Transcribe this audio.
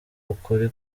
ukuri